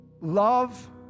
Love